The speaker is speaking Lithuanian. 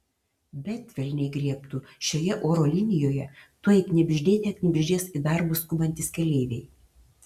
bet velniai griebtų šioje oro linijoje tuoj knibždėte knibždės į darbus skubantys keleiviai